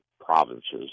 provinces